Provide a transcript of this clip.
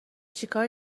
چیکار